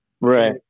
right